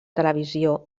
televisió